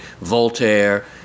Voltaire